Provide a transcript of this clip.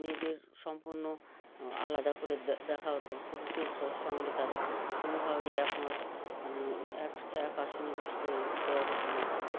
মেয়েদের সম্পূর্ণ আলাদা করে দেখা হতো পুরুষের সঙ্গে তারা কোনোভাবেই একমত মানে এক এক আসনে বসতে দেওয়া হতো না তাদের